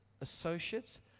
associates